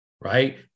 right